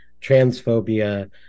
transphobia